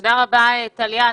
תודה רבה טליה.